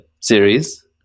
series